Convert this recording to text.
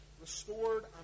restored